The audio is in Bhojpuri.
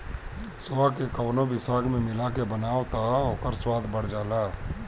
सोआ के कवनो भी साग में मिला के बनाव तअ ओकर स्वाद बढ़ जाला